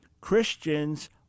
christians